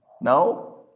No